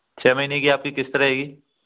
छः महीने की आपकी किस्त रहेगी